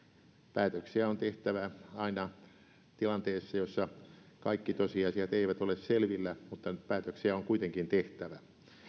päätöksiä on tehtävä aina tilanteessa jossa kaikki tosiasiat eivät ole selvillä mutta päätöksiä on kuitenkin tehtävä